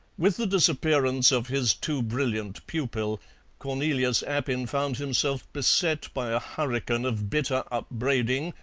with the disappearance of his too brilliant pupil cornelius appin found himself beset by a hurricane of bitter upbraiding,